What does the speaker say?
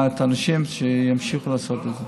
האנשים שימשיכו לעשות את זה.